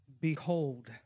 behold